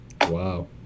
wow